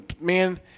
man